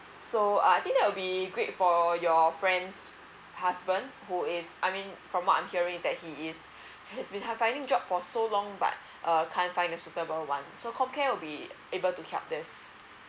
so uh I think that will be great for your friend's husband who is I mean from what I'm hearing is that he is he's been trying finding job for so long but err can't find a suitable one so comcare will be able to help this